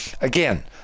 again